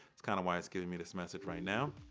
it's kind of why it's giving me this message right now.